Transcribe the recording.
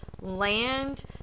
land